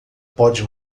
pode